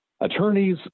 attorneys